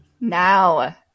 Now